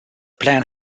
plan